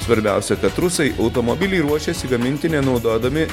svarbiausia kad rusai automobilį ruošėsi gaminti nenaudodami